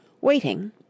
waiting